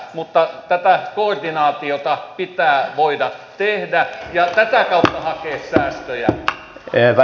mutta tätä koordinaatiota pitää voida tehdä ja tätä kautta hakea säästöjä